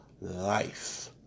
life